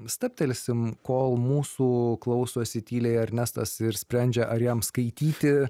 stabtelsim kol mūsų klausosi tyliai ernestas ir sprendžia ar jam skaityti